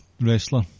wrestler